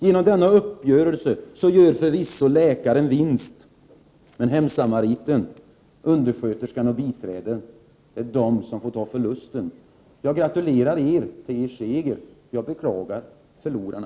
Genom denna uppgörelse gör förvisso läkaren en vinst, men hemsamariten, undersköterskan och biträdet får ta förlusten. Jag gratulerar er till er seger, och jag beklagar förlorarna.